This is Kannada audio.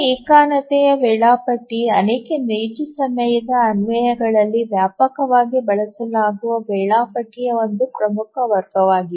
ದರ ಏಕತಾನತೆಯ ವೇಳಾಪಟ್ಟಿ ಅನೇಕ ನೈಜ ಸಮಯದ ಅನ್ವಯಗಳಲ್ಲಿ ವ್ಯಾಪಕವಾಗಿ ಬಳಸಲಾಗುವ ವೇಳಾಪಟ್ಟಿಯ ಒಂದು ಪ್ರಮುಖ ವರ್ಗವಾಗಿದೆ